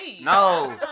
No